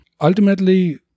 ultimately